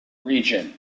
region